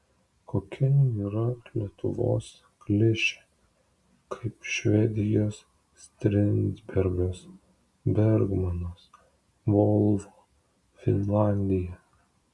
kokia yra lietuvos klišė kaip švedijos strindbergas bergmanas volvo finlandija